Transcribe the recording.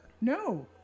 No